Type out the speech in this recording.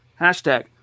Hashtag